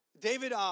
David